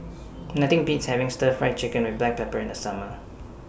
Nothing Beats having Stir Fried Chicken with Black Pepper in The Summer